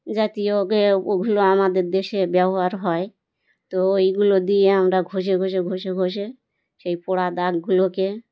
জাতীয় ওগুলো আমাদের দেশে ব্যবহার হয় তো ওইগুলো দিয়ে আমরা ঘষে ঘষে ঘষে ঘষে সেই পোড়া দাগগুলোকে